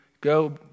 go